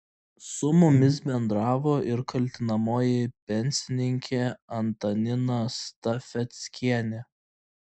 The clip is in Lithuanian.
su mumis bendravo ir kaltinamoji pensininkė antanina stafeckienė